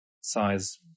size